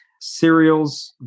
Cereals